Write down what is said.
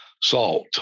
salt